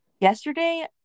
yesterday